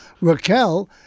Raquel